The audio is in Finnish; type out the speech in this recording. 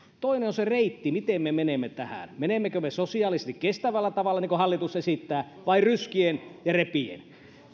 toinen on se reitti miten me menemme tähän menemmekö me sosiaalisesti kestävällä tavalla niin kuin hallitus esittää vai ryskien ja repien